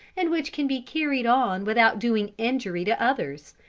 and which can be carried on without doing injury to others.